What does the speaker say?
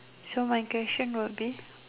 so my question would be